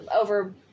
over